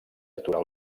aturar